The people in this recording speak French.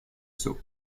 saut